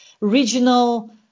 regional